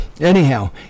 anyhow